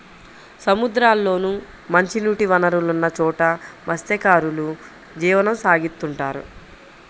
సముద్రాల్లోనూ, మంచినీటి వనరులున్న చోట మత్స్యకారులు జీవనం సాగిత్తుంటారు